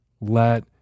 let